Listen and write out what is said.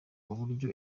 uburyo